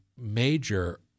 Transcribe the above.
major